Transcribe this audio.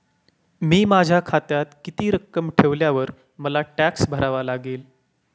मी माझ्या खात्यात किती रक्कम ठेवल्यावर मला टॅक्स भरावा लागेल?